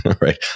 right